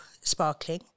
sparkling